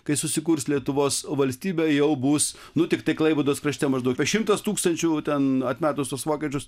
kai susikurs lietuvos valstybė jau bus nu tiktai klaipėdos krašte maždaug apie šimtas tūkstančių ten atmetusius tuos vokiečius